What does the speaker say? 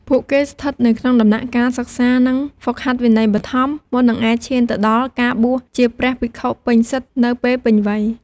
ពួកគេស្ថិតនៅក្នុងដំណាក់កាលសិក្សា និងហ្វឹកហាត់វិន័យបឋម មុននឹងអាចឈានទៅដល់ការបួសជាព្រះភិក្ខុពេញសិទ្ធិនៅពេលពេញវ័យ។